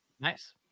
nice